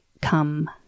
come